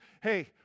hey